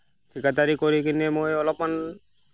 ঠিকাদাৰি কৰি কিনে মই অলপমান